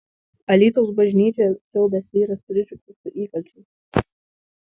alytaus bažnyčią siaubęs vyras pričiuptas su įkalčiais